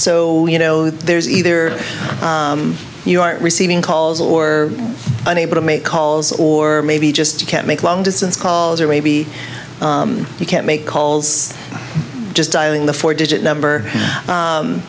so you know there's either you aren't receiving calls or unable to make calls or maybe just can't make long distance calls or maybe you can't make calls just dialing the four digit number